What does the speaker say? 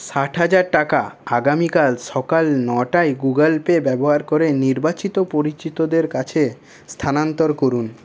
ষাট হাজার টাকা আগামীকাল সকাল নটায় গুগল পে ব্যবহার করে নির্বাচিত পরিচিতদের কাছে স্থানান্তর করুন